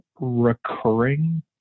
recurring